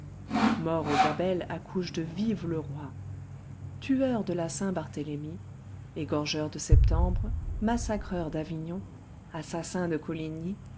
mort aux gabelles accouche de vive le roi tueurs de la saint-barthélemy égorgeurs de septembre massacreurs d'avignon assassins de coligny